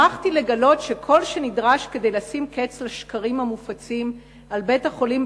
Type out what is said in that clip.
שמחתי לגלות שכל אשר נדרש כדי לשים קץ לשקרים המופצים על בית-החולים